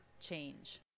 change